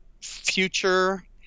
future